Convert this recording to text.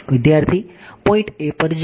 વિદ્યાર્થી point a પર જાઓ